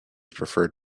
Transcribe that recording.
preferred